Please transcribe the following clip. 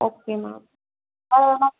okay ma'am வேறு எதாவது ma'am